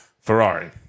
Ferrari